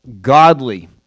godly